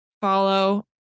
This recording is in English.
follow